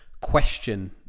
question